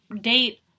date